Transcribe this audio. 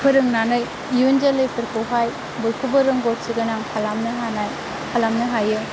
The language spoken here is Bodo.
फोरोंनानै इयुन जोलैफोरखौहाय बयखौबो रोंगौथि गोनां खालामनो हानाय खालामनो हायो